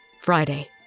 Friday